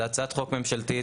זה הצעת חוק ממשלתית.